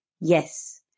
Yes